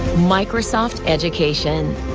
microsoft education.